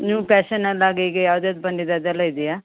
new ಫ್ಯಾಷನಲ್ಲಾಗಿ ಈಗ ಯಾವ್ದು ಯಾವ್ದು ಬಂದಿದೆ ಅದೆಲ್ಲ ಇದೆಯಾ